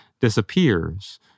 disappears